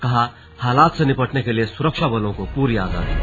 कहा हालात से निपटने के लिए सुरक्षा बलों को पूरी आजादी